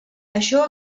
això